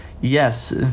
Yes